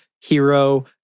hero